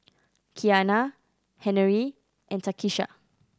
Kiana Henery and Takisha